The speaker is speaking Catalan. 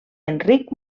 enric